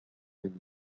hugo